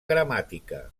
gramàtica